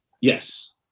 Yes